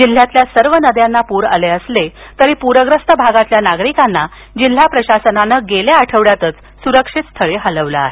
जिल्ह्यातील सर्व नद्यांना पूर आले असले तरी पूरग्रस्त भागातील नागरिकांना जिल्हा प्रशासनानं गेल्या आठवड्यातच सुरक्षित स्थळी हलवलं आहे